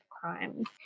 crimes